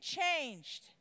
changed